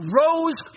rose